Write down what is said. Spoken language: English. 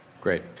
Great